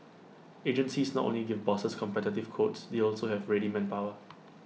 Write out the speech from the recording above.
agencies not only give bosses competitive quotes they also have ready manpower